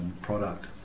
product